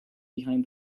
behind